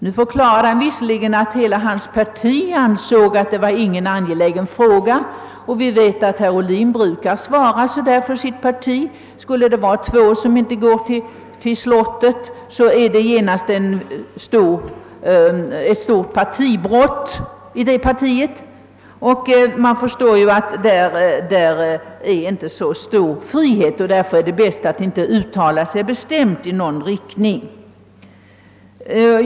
Han förklarade nu visserligen att hans parti inte ansåg detta vara någon angelägen fråga. Vi vet dock att herr Ohlin brukar ge sådana besked beträffande sitt partis inställning även i andra känsliga frågor. Om två ledamöter inte följer med till Slottet vid riksdagens högtidliga öppnande, anses detta genast vara ett svårt partibrott. Man inser inom hans parti att det inte råder så stor frihet och finner det därför bäst att inte uttala sig bestämt i någon riktning.